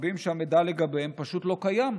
ורבים שהמידע לגביהם פשוט לא קיים,